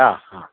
അ ആ ഒ